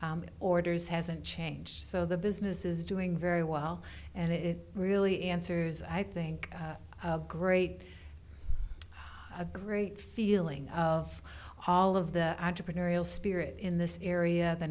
orders hasn't changed so the business is doing very well and it really answers i think great a great feeling of all of the entrepreneurial spirit in this area the